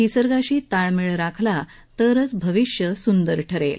निसर्गाशी ताळमेळ राखला तरच भविष्य सुंदर ठरेल